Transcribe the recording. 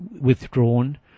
withdrawn